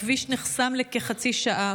הכביש נחסם לכחצי שעה,